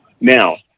Now